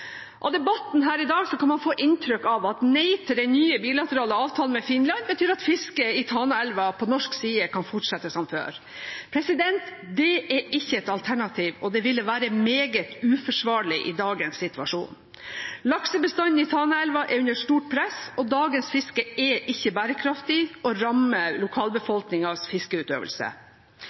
Av debatten her i dag kan man få inntrykk av at et nei til den nye bilaterale avtalen med Finland betyr at fisket i Tanaelva på norsk side kan fortsette som før. Det er ikke et alternativ, og det ville være meget uforsvarlig i dagens situasjon. Laksebestanden i Tanaelva er under stort press. Dagens fiske er ikke bærekraftig og rammer lokalbefolkningens fiskeutøvelse.